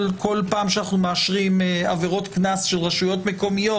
פעם שאנחנו מאשרים עבירות קנס של רשויות מקומיות,